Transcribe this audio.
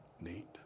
neat